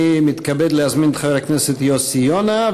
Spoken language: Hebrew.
אני מתכבד להזמין את חבר הכנסת יוסי יונה,